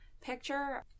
picture